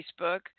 Facebook